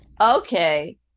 okay